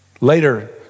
Later